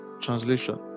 translation